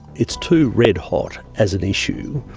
it's too red hot as an issue.